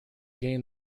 gain